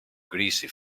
grassy